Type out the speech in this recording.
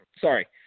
Sorry